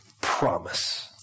Promise